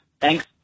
Thanks